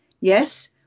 yes